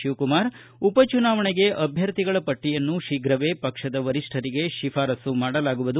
ಶಿವಕುಮಾರ್ ಉಪಚುನಾವಣೆಗೆ ಅಭ್ಯರ್ಥಿಗಳ ಪಟ್ಟಯನ್ನು ಶೀಘವೇ ಪಕ್ಷದ ವರಿಷ್ಠರಿಗೆ ಶಿಫಾರಸು ಮಾಡಲಾಗುವುದು